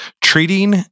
treating